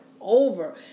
over